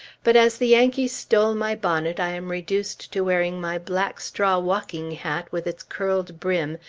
but as the yankees stole my bonnet, i am reduced to wearing my black straw walking-hat with its curled brim,